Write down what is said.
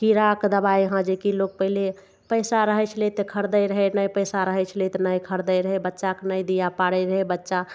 कीड़ाके दवाइ यहाँ जे कि लोक पहिले पैसा रहय छलै तऽ खरीदय रहय नहि पैसा रहय छलै तऽ नहि खरीदय रहय बच्चाके नहि दिय पारय रहय बच्चा